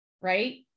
right